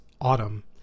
autumn